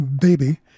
Baby